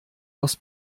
aus